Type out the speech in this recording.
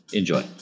Enjoy